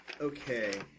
Okay